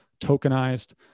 tokenized